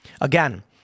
Again